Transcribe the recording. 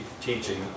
teaching